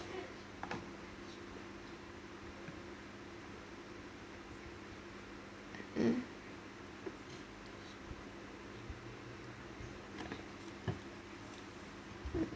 mm